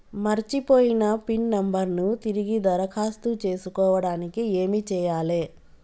మర్చిపోయిన pin number ను తిరిగి దరఖాస్తు చేసుకోవడానికి ఏమి చేయాలే?